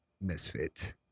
Misfit